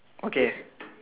okay